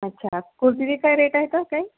अच्छा कुर्तीचे काय रेट आहे तर काही